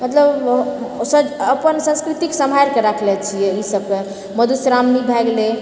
मतलब अपन संस्कृतिक सम्हारिके राखले छियै ई सबके मधुश्रावणी भए गेलै